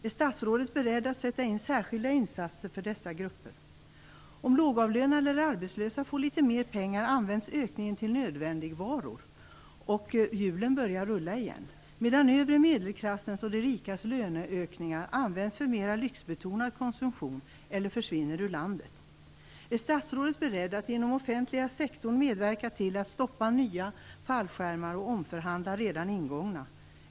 Är statsrådet beredd att sätta in särskilda insatser för dessa grupper? Om lågavlönade eller arbetslösa får litet mer pengar används det till köp av nödvändigvaror, och hjulen börjar rulla igen. Men övre medelklassens och de rikas löneökningar används till mer lyxbetonad konsumtion eller försvinner ur landet. Är statsrådet beredd att genom offentliga sektorn medverka till att stoppa nya fallskärmar och omförhandla redan ingångna?